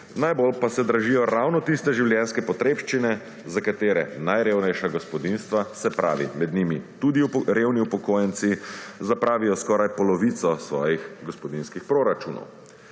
najbolj pa se dražijo ravno tiste življenjske potrebščine za katere najrevnejša gospodinjstva, se pravi med njimi tudi revni upokojenci, zapravijo skoraj polovico svojih gospodinjskih proračunov.